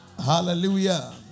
hallelujah